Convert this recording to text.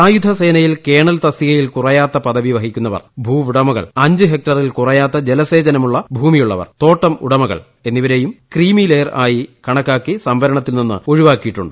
സായുധ സേനയിൽ കേണൽ തൃസ്തികയിൽ കുറയാത്ത പദവി വഹിക്കുന്നവർ ഭൂവുടമ്കൾഅഞ്ച് ഹെക്ടറിൽ കുറയാത്ത ജലസേചനമുള്ള ഭൂമിയുള്ളവർ തോട്ടം ഉടമകൾ എന്നിവരെയും ക്രീമിലെയർ ആയി കണക്കാക്കി സംവരണത്തിൽ നിന്ന് ഒഴിവാക്കിയിട്ടുണ്ട്